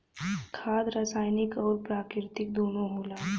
खाद रासायनिक अउर प्राकृतिक दूनो होला